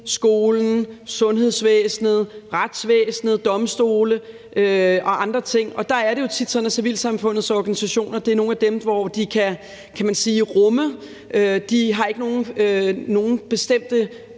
skolen, sundhedsvæsenet, retsvæsenet, domstole og andre ting, og der er det jo tit sådan, at civilsamfundets organisationer er nogle af dem, hvor de kan rummes. Der er ikke nogen bestemte